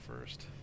first